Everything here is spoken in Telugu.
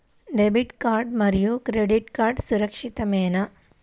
డెబిట్ కార్డ్ మరియు క్రెడిట్ కార్డ్ సురక్షితమేనా?